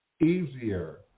easier